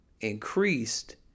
increased